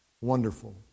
Wonderful